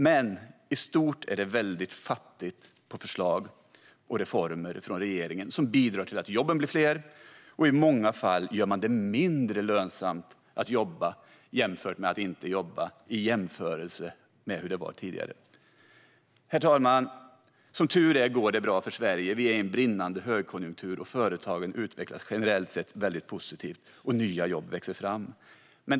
Men i stort är det från regeringens sida väldigt fattigt på förslag på reformer som bidrar till att jobben blir fler, och i många fall gör man det mindre lönsamt att jobba jämfört med att inte jobba i relation till hur det var tidigare. Herr talman! Som tur är går det bra för Sverige. Vi är i en brinnande högkonjunktur, och företagen utvecklas generellt sett väldigt positivt. Nya jobb växer fram.